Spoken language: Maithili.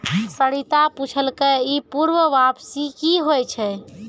सरिता पुछलकै ई पूर्ण वापसी कि होय छै?